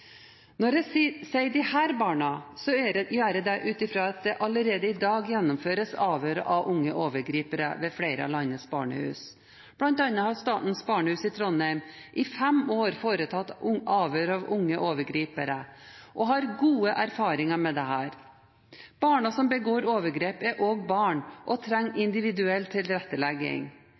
Når jeg sier «disse barna», gjør jeg det ut fra at det allerede i dag gjennomføres avhør av unge overgripere ved flere av landets barnehus. Blant annet har Statens Barnehus i Trondheim i fem år foretatt avhør av unge overgripere og har gode erfaringer med dette. Barna som begår overgrep, er også barn og trenger individuell tilrettelegging.